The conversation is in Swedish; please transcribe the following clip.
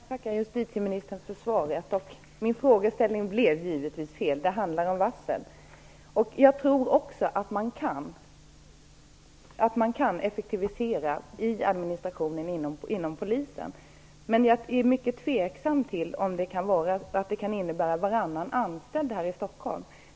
Fru talman! Jag tackar justitieministern för svaret. Min fråga blev givetvis fel. Det handlar om varsel. Jag tror också att man kan effektivisera i administrationen inom Polisen. Men jag är mycket tveksam till att det kan innebära varannan anställd här i Stockholm.